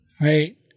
Right